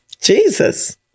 Jesus